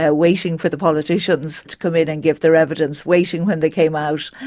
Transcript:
ah waiting for the politicians to come in and give their evidence, waiting when they came out,